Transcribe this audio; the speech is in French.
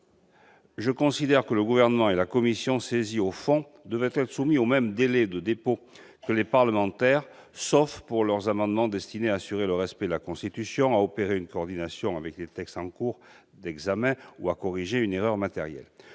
je considère que le Gouvernement et la commission saisie au fond devraient être soumis aux mêmes délais de dépôt que les parlementaires, sauf pour leurs amendements destinés à assurer le respect de la Constitution, à opérer une coordination avec les textes en cours d'examen ou à corriger une erreur matérielle.